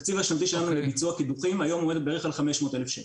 התקציב השנתי שלנו לביצוע קידוחים היום עומד בערך על 500,000 שקל.